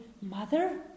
mother